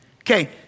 Okay